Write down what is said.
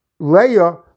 Leia